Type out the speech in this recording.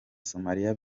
somalia